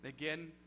Again